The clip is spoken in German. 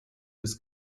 des